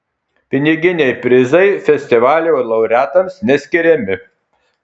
piniginiai prizai festivalio laureatams neskiriami